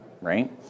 right